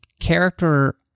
character